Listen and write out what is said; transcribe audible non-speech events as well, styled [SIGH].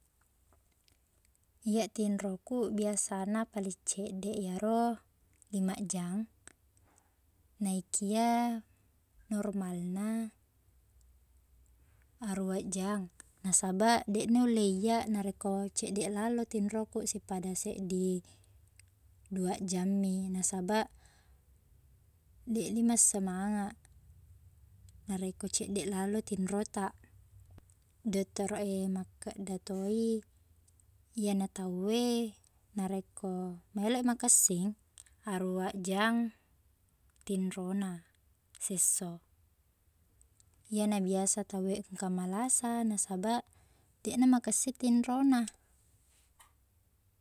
Iyeq tinroku biasana paling ceddeq iyaro limaq jang naikia normalna arua jang nasaba deq nulle iyaq narekko ceddeq lalo tinroku sippada seddi dua jangmi nasaba [HESITATION] deqni massamangaq narekko ceddeq lalo tinrota doktoro e makkekda to i iyana tau e narekko maeloi makessing aruaq jang tinrona sisso iyena biasa tau e engka malasa nasaba deqna makessing tinrona